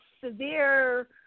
severe